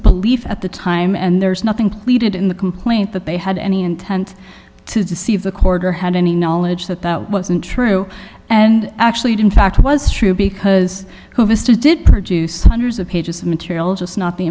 belief at the time and there's nothing pleaded in the complaint that they had any intent to deceive the chord or had any knowledge that that wasn't true and actually did in fact was true because vista did produce hundreds of pages of material just not the